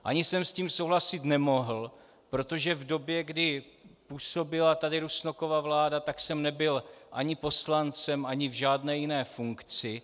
Ani jsem s tím souhlasit nemohl, protože v době, kdy tady působila Rusnokova vláda, jsem nebyl ani poslancem ani v žádné jiné funkci.